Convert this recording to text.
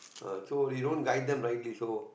uh so they don't guide them rightly so